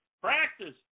practice